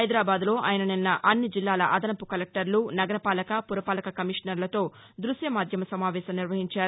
హైదరాబాద్ లో ఆయన నిన్న అన్ని జిల్లాల అదనపు కలెక్టర్లు నగరపాలక పురపాలక కమిషనర్లతో దృశ్య మాధ్యమ సమావేశం నిర్వహించారు